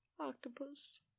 Octopus